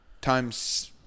times